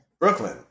brooklyn